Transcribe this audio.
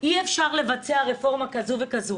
אי אפשר לבצע רפורמה כזו וכזו.